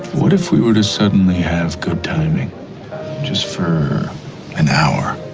what if we were to suddenly have good timing just for an hour?